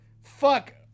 Fuck